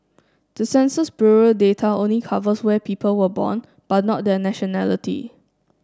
the Census Bureau data only covers where people were born but not their nationality